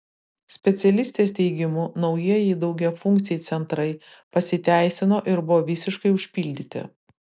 specialistės teigimu naujieji daugiafunkciai centrai pasiteisino ir buvo visiškai užpildyti